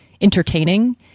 entertaining